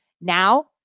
now